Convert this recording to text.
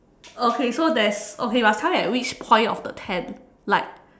okay so there's okay must tell me at which point of the tent like